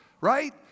right